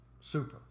super